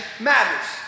matters